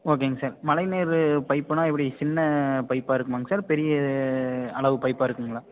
ஓகேங்க சார் மழை நீர் பைப்புன்னா எப்படி சின்ன பைப்பாக இருக்குமாங்க சார் பெரிய அளவு பைப்பாக இருக்குதுங்களா